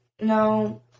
no